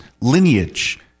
lineage